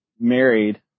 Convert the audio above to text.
married